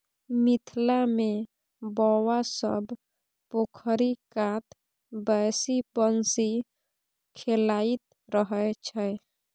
मिथिला मे बौआ सब पोखरि कात बैसि बंसी खेलाइत रहय छै